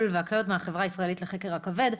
והכליות מהחברה הישראלית לחקר הכבד.